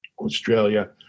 Australia